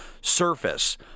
surface